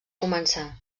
començar